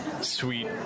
sweet